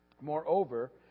Moreover